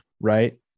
right